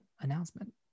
announcement